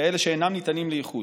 כאלה שאינם ניתנים לאיחוי.